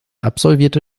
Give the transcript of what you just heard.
absolvierte